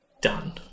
done